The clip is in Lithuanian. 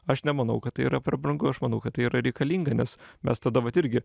aš nemanau kad tai yra per brangu aš manau kad tai yra reikalinga nes mes tada vat irgi